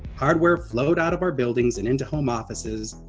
hardware flowed out of our buildings and into home offices,